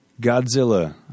Godzilla